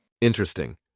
Interesting